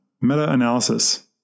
meta-analysis